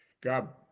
God